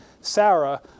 Sarah